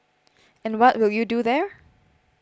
and what will you do there